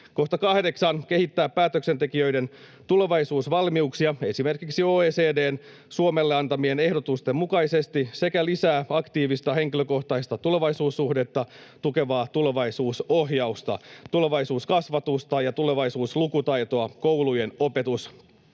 8) kehittää päätöksentekijöiden tulevaisuusvalmiuksia esimerkiksi OECD:n Suomelle antamien ehdotusten mukaisesti sekä lisää aktiivista henkilökohtaista tulevaisuussuhdetta tukevaa tulevaisuusohjausta, tulevaisuuskasvatusta ja tulevaisuuslukutaitoa koulujen